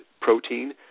protein